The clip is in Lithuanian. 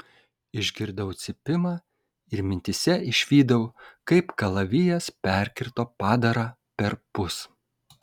išgirdau cypimą ir mintyse išvydau kaip kalavijas perkirto padarą perpus